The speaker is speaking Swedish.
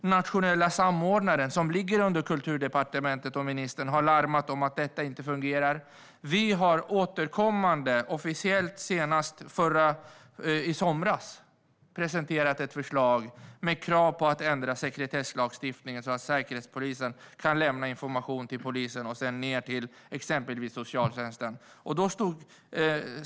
Den nationella samordnaren, som ligger under Kulturdepartementet och ministern, har larmat om att detta inte fungerar. Vi har återkommande, officiellt senast i somras, presenterat ett förslag med krav på att ändra sekretesslagstiftningen, så att Säkerhetspolisen kan lämna information till polisen och sedan ned till exempelvis Socialtjänsten.